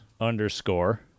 underscore